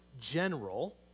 general